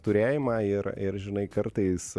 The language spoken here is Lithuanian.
turėjimą ir ir žinai kartais